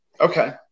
Okay